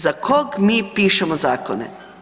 Za koga mi pišemo zakone?